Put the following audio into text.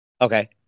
Okay